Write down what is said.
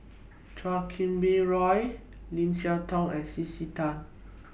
Chan Kum Wah Roy Lim Siah Tong and C C Tan